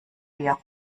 wir